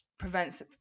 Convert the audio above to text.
prevents